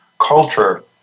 culture